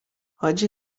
حاجی